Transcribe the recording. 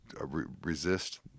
resist